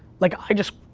like, i just,